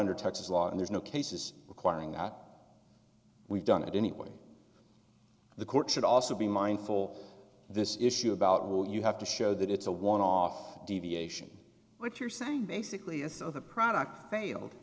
under texas law and there's no cases requiring that we've done it anyway the court should also be mindful this issue about will you have to show that it's a one off deviation what you're saying basically is so the product failed